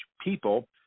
people